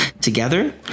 Together